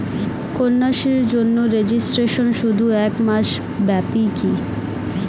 কন্যাশ্রীর জন্য রেজিস্ট্রেশন শুধু এক মাস ব্যাপীই কি?